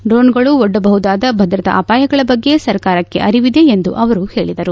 ಡ್ರೋಣ್ಗಳು ಒಡ್ಡಬಹುದಾದ ಭದ್ರತಾ ಅಪಾಯಗಳ ಬಗ್ಗೆ ಸರ್ಕಾರಕ್ಕೆ ಅರಿವಿದೆ ಎಂದು ಅವರು ಹೇಳಿದರು